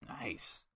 Nice